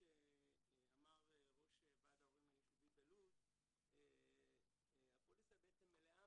אמר ראש ועד ההורים היישובי בלוד שהפוליסה היא בעצם מלאה